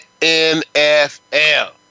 NFL